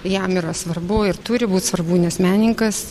jam yra svarbu ir turi būt svarbu nes menininkas